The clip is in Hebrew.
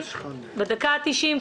בדקה ה-90,